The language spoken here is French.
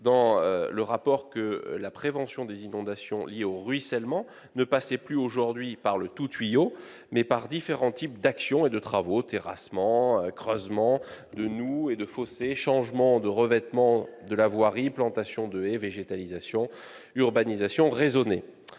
dans le rapport que la prévention des inondations liée au ruissellement passait aujourd'hui non plus par le « tout-tuyau », mais par différents types d'action et de travaux, tels que le terrassement, le creusement de noues et de fossés, le changement de revêtement de la voirie, la plantation de haies, la végétalisation, l'urbanisation raisonnée.